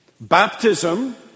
baptism